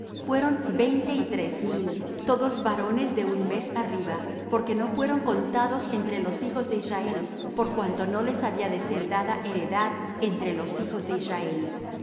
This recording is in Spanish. fueron veinte y tres mil todos varones de un mes arriba porque no fueron contados entre los hijos de israel por cuanto no les había de ser dada heredad entre los hijos de israel